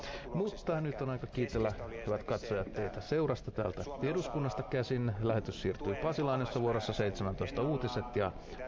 ratkaisun lopputuloksessa ehkä keskeistä oli ensinnäkin se että suomen osalla tuen kokonaismäärä säilyy ennallaan eli tässä suhteessa ei tullut menetyksiä